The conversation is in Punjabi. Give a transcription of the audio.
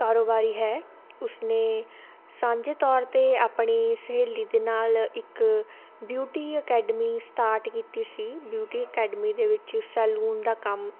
ਕਾਰੋਬਾਰੀ ਹੈ ਉਸਨੇ ਸਾਂਝੇ ਤੌਰ 'ਤੇ ਆਪਣੀ ਸਹੇਲੀ ਦੇ ਨਾਲ ਇੱਕ ਬਿਊਟੀ ਅਕੈਡਮੀ ਸਟਾਰਟ ਕੀਤੀ ਸੀ ਬਿਊਟੀ ਅਕੈਡਮੀ ਦੇ ਵਿੱਚ ਸੈਲੂਨ ਦਾ ਕੰਮ